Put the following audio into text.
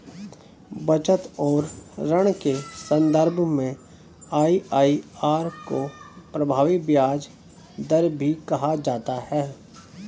बचत और ऋण के सन्दर्भ में आई.आई.आर को प्रभावी ब्याज दर भी कहा जाता है